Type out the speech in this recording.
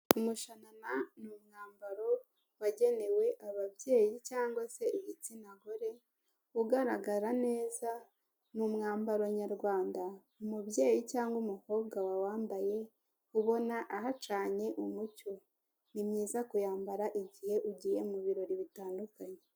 Uburyo bushya bwo kwishyura wifashishije ikoranabuhanga cyangwa apurikasiyo bwakemuye ibintu byinshi cyane nkuko ubona uyu musore witwa ganza arimo arohereza amafaranga niba ntibeshye neza, gusa sibyo byonyine bishobora gukorwa kuko ashobora kwishyura umuriro ndetse n'amazi akoresheje ibindi bivugagwa biri mu mabara y'umuhondo ndetse n'umweru, anateruye telefone ye rwose nta kindi kintu ari gukoresha nkuko ubibona.